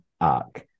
arc